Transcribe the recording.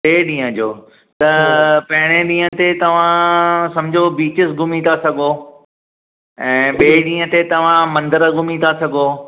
टे ॾींहं जो त पहिरें ॾींहं ते तव्हां समुझो बीचीस घुमी था सघो ऐं ॿिएं ॾींहं ते तव्हां मंदर घुमी था सघो